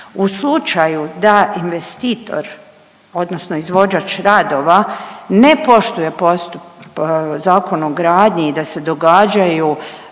u slučaju da investitor odnosno izvođač radova ne poštuje Zakon o gradnji i da se događaju